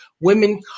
women